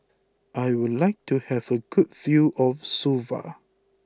I would like to have a good view of Suva